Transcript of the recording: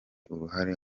uruhare